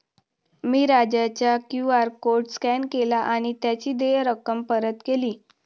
मी राजाचा Q R code scan केला आणि त्याची देय रक्कम परत केली